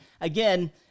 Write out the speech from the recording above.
again